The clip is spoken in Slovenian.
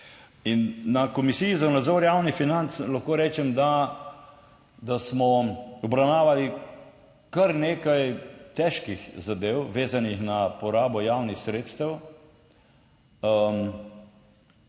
na Komisiji za nadzor javnih financ lahko rečem, da smo obravnavali kar nekaj težkih zadev, vezanih na porabo javnih sredstev